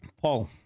Paul